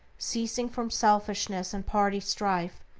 ceasing from selfishness and party strife,